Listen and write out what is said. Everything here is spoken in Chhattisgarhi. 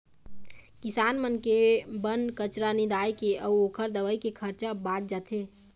किसान मन के बन कचरा निंदाए के अउ ओखर दवई के खरचा बाच जाथे